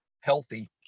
healthy